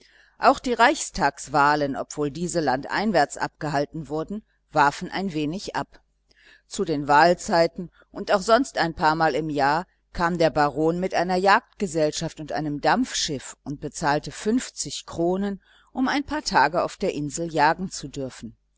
auch die reichstagswahlen obgleich diese weit landeinwärts abgehalten wurden warfen ein wenig ab zu den wahlzeiten und auch sonst ein paarmal im jahr kam der baron mit einer jagdgesellschaft und einem dampfschiff und bezahlte fünfzig kronen um ein paar tage auf der insel jagen zu dürfen